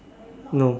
no